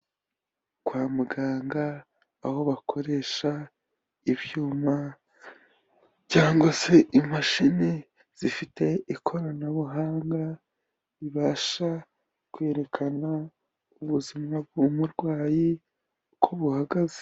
Kwa muganga, aho bakoresha ibyuma cyangwa se imashini zifite ikoranabuhanga ribasha kwerekana ubuzima bw'umurwayi uko buhagaze.